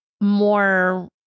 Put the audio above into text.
more